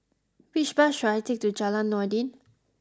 which bus should I take to Jalan Noordin